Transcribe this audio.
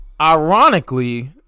Ironically